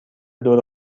دور